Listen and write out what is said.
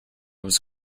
was